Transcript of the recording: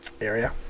area